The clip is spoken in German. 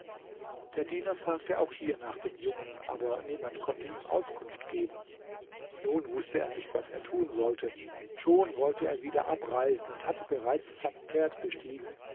der diener fragte auch hier nach dem jungen aber niemand konnte ihm auskunft geben nun wußte er nicht was er tun sollte schon wollte er wieder abreisen und hatte bereits sein pferd bestiegen